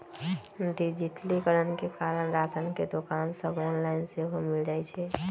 डिजिटलीकरण के कारण राशन के दोकान सभ ऑनलाइन सेहो मिल जाइ छइ